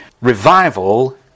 revival